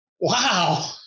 wow